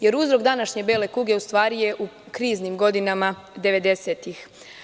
Jer, uzrok današnje bele kuge u svari je u kriznim godinama 90-ih.